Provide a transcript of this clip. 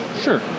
Sure